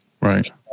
right